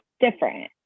different